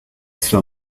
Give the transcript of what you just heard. sua